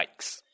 yikes